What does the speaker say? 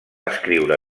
escriure